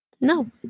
No